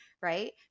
right